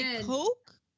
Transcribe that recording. Coke